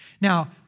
Now